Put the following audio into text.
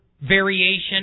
variation